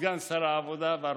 כסגן שר העבודה והרווחה.